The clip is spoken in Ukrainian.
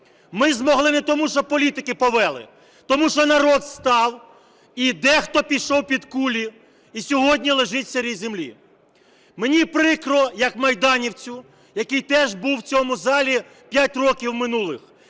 Ми змогли не тому, що політики повели, а тому що народ встав, і дехто пішов під кулі, і сьогодні лежить в сирій землі. Мені прикро як майданівцю, який теж був в цьому залі 5 років минулих.